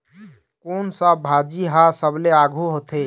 कोन सा भाजी हा सबले आघु होथे?